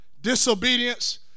disobedience